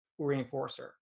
reinforcer